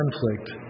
conflict